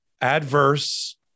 adverse